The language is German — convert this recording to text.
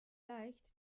leicht